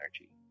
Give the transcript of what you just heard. energy